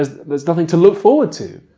there's there's nothing to look forward to.